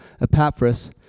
Epaphras